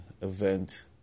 event